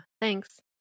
thanks